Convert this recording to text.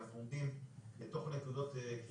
אנחנו עומדים בתוך נקודות קריטיות,